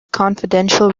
confidential